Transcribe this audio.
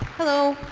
hello.